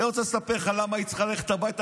אני רוצה לספר לך למה היא צריכה ללכת הביתה,